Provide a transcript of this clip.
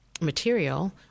material